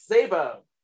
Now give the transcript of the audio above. Sabo